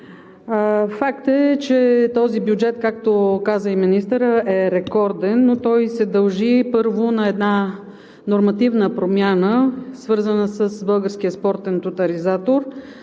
Факт е, че този бюджет, както каза и министърът, е рекорден, но това се дължи, първо, на една нормативна промяна, свързана с Българския спортен тотализатор